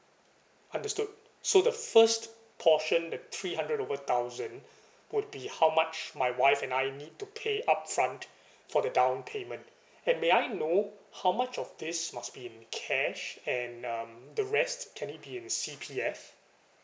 understood so the first portion the three hundred over thousand would be how much my wife and I need to pay upfront for the down payment and may I know how much of this must be in cash and um the rest can it be in C_P_F